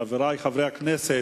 חברי חברי הכנסת,